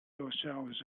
yourselves